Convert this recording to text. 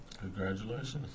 Congratulations